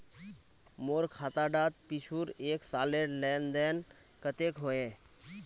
मोर खाता डात पिछुर एक सालेर लेन देन कतेक होइए?